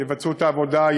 יבצעו את העבודה,